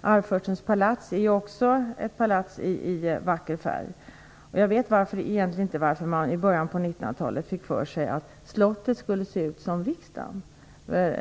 Arvfurstens palats är också ett palats i vacker färg. Jag vet egentligen inte varför man i början på 1900-talet fick för sig att Slottet skulle se ut som Riksdagshuset.